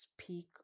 speak